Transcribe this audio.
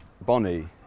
Bonnie